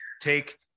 Take